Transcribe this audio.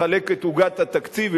לחלק את עוגת התקציב.